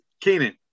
Keenan